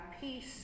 peace